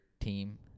team